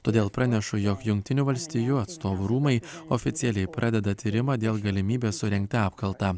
todėl pranešu jog jungtinių valstijų atstovų rūmai oficialiai pradeda tyrimą dėl galimybės surengti apkaltą